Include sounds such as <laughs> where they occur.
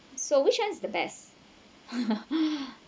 so which one is the best <laughs>